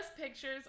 pictures